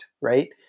right